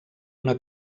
una